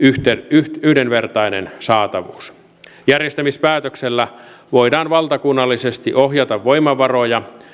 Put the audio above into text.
yhdenvertainen saatavuus järjestämispäätöksellä voidaan valtakunnallisesti ohjata voimavaroja